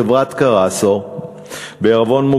חברת "קרסו בע"מ",